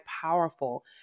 powerful